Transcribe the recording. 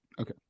okay